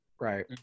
right